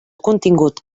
contingut